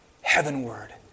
heavenward